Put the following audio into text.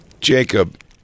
Jacob